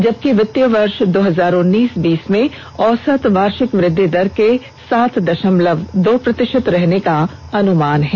जबकि वित्तीय वर्ष दो हजार उन्नीस बीस में औसत वार्षिक वृद्धि देर के सात दशमलव दो प्रतिशत रहने का अनुमान है